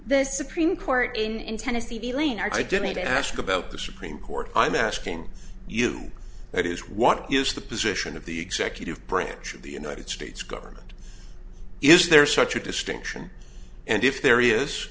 the supreme court in in tennessee be leaner i didn't ask about the supreme court i'm asking you that is what is the position of the executive branch of the united states government is there such a distinction and if there is